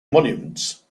monuments